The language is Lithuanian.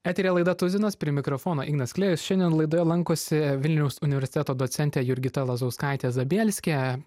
eteryje laida tuzinas prie mikrofono ignas klėjus šiandien laidoje lankosi vilniaus universiteto docentė jurgita lazauskaitė zabielskė